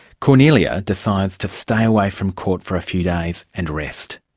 kornelia decides to stay away from court for a few days and rest.